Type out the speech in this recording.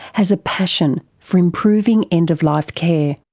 has a passion for improving end of life care.